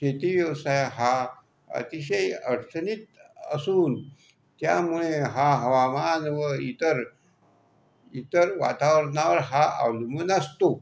शेती व्यवसाय हा अतिशय अडचणीत असून त्यामुळे हा हवामान व इतर इतर वातावरणावर हा अवलंबून असतो